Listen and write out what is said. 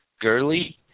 Gurley